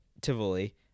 Tivoli